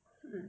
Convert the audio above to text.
mm